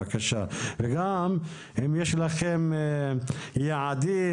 בבקשה וגם אם יש לכם יעדים,